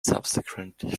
subsequently